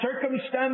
circumstances